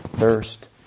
Thirst